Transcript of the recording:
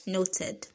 Noted